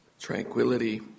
tranquility